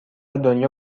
دنیا